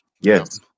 Yes